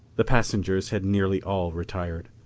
the passengers had nearly all retired.